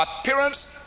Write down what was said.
appearance